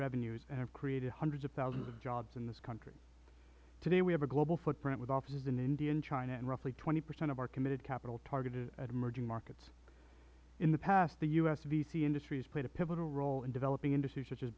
revenues and have created hundreds of thousands of jobs in this country today we have a global footprint with offices in india and china and roughly twenty percent of our committed capital targeted at emerging markets in the past the u s vc industry has played a pivotal role in developing industries such as